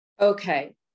Okay